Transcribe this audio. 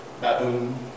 baboon